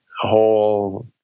whole